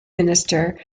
minister